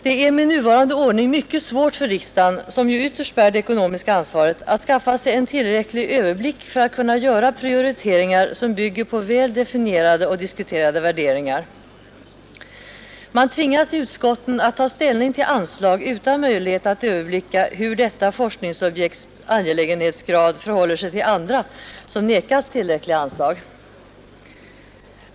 Det är med nuvarande ordning mycket svårt för riksdagen, som ju ytterst bär det ekonomiska ansvaret, att skaffa sig en tillräcklig överblick för att kunna göra prioriteringar som bygger på väl definierade och diskuterade värderingar. Man tvingas i utskotten att ta ställning till anslag utan möjlighet att överblicka hur detta forskningsobjekts angelägenhetsgrad förhåller sig till andra, som nekats tillräckliga anslag.